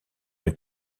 une